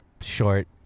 short